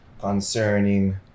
concerning